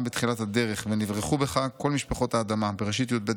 בתחילת הדרך: 'ונברכו בך כל משפחות האדמה' (בראשית י"ב,